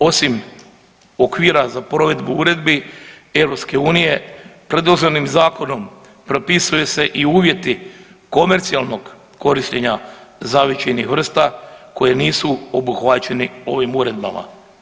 Osim okvira za provedbu uredbi EU predloženim zakonom propisuju se i uvjeti komercijalnog korištenja zavičajnih vrsta koji nisu obuhvaćeni ovih uredbama.